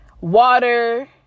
Water